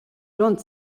lohnt